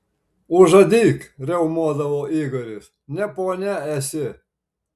užadyk riaumodavo igoris ne ponia esi